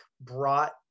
brought